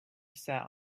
sat